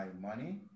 money